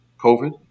COVID